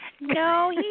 No